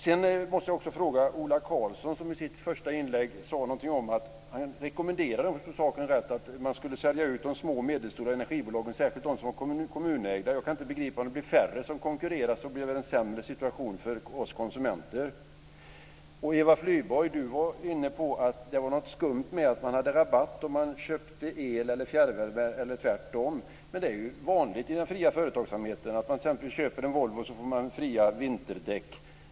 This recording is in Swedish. Jag måste också fråga Ola Karlsson, som i sitt första inlägg om jag förstod saken rätt rekommenderade att man skulle sälja ut de små och medelstora energibolagen, särskilt dem som är kommunägda. Jag kan inte begripa det: Om det blir färre som konkurrerar blir det väl en sämre situation för oss konsumenter? Eva Flyborg var inne på att det skulle vara något skumt med att man fick rabatt om man köpte el eller fjärrvärme eller tvärtom. Men det är ju vanligt i den fria företagsamheten: Om man köper en Volvo så får man fria vinterdäck.